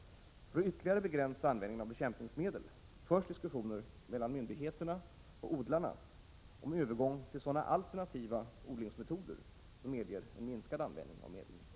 För att ytterligare begränsa användningen av bekämpningsmedel förs diskussioner mellan myndigheterna och odlarna om övergång till sådana alternativa odlingsmetoder som medger en minskad användning av medlen.